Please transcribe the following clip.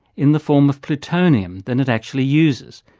in the form of plutonium, than it actually uses.